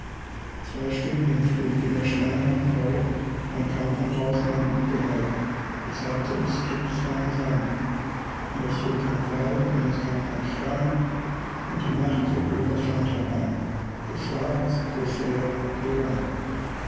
zwei stunden flog weder stein noch pfeil dann kam von draußen ein wutgeheul des herzogs kriegsfahne sank und es flog kein pfeil und es kam kein stein und die nacht zog über das land herein so schwarz so schwer so lang